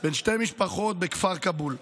בין שתי משפחות בכפר כאבול.